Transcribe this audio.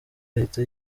ahita